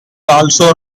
also